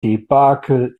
debakel